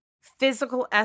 physical